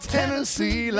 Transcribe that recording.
Tennessee